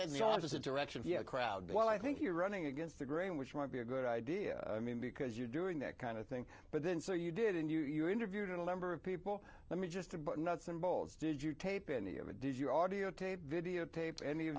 had the opposite direction via a crowd well i think you're running against the grain which might be a good idea i mean because you're doing that kind of thing but then so you did and you're interviewed a number of people let me just about nuts and bolts did you tape any of it does your audiotape videotape any